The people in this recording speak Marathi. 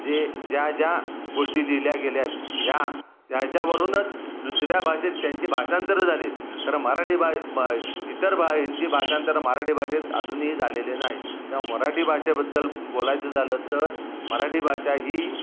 जे ज्या ज्या गोष्टी लिहिल्या गेल्या आहेत ह्या याच्यावरूनच दुसऱ्या भाषेत त्यांची भाषांतरं झालेत कारण मराठी भा इतर भा ह्यांची भाषांतरं मराठी भाषेत अजूनही झालेले नाहीत तेव्हा मराठी भाषेबद्दल बोलायचं झालं तर मराठी भाषा ही